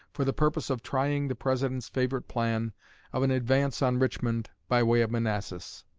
for the purpose of trying the president's favorite plan of an advance on richmond by way of manassas.